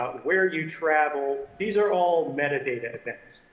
where you traveled. these are all metadata events.